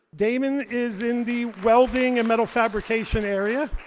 damon is in the welding and metal fabrication area.